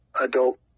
adult